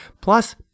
Plus